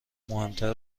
مهمتر